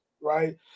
right